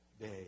day